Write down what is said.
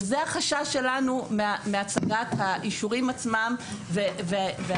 וזה החשש שלנו מהצגת האישורים עצמם והעברתם.